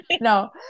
No